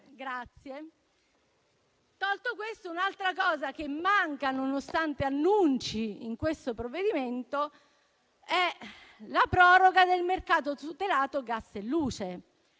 Grazie. Tolto questo, un'altra cosa che manca, nonostante gli annunci in questo provvedimento, è la proroga del mercato tutelato gas e luce;